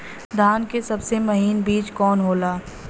धान के सबसे महीन बिज कवन होला?